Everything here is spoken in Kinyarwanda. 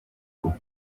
and